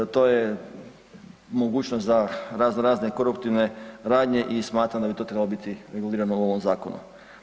To je mogućnost za raznorazne koruptivne radnje i smatram da bi to trebalo biti regulirano u ovom zakonu.